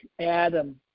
Adam